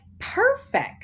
Perfect